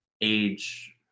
age